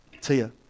Tia